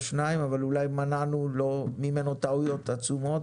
שניים אבל אולי מנענו ממנו טעויות עצומות